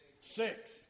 Six